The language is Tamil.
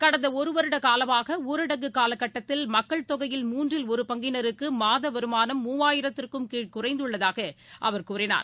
கடந்த ஒரு வருட காலமாக ஊரடங்கு காலக்கட்டத்தில் மக்கள் தொகையில் மூன்றில் ஒரு பங்கினருக்கு மாத வருமானம் மூவாயிரத்திற்கு கீழ் குறைந்துள்ளதாக அவர் கூறினார்